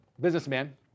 businessman